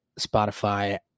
Spotify